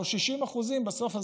או 60% בסוף,